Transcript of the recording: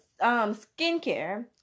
skincare